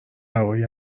هوایی